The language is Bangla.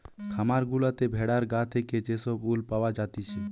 খামার গুলাতে ভেড়ার গা থেকে যে সব উল পাওয়া জাতিছে